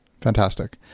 Fantastic